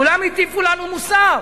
כולם הטיפו לנו מוסר,